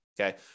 okay